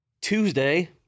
Tuesday